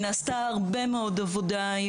נעשתה הרבה מאוד עבודה,